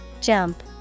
Jump